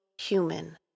human